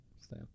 Stay